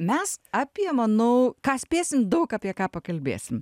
mes apie manau ką spėsim daug apie ką pakalbėsim